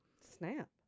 Snap